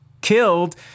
killed